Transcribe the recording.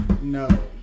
No